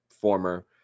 former